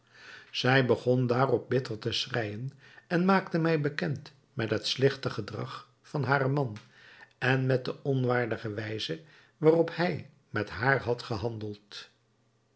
zij begon daarop bitter te schreijen en maakte mij bekend met het slechte gedrag van haren man en met de onwaardige wijze waarop hij met haar had gehandeld